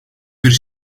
bir